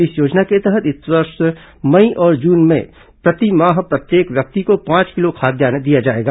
इस योजना के तहत इस वर्ष मई और जून में प्रतिमाह प्रत्येक व्यक्ति को पांच किलोग्राम खाद्यान्न दिया जाएगा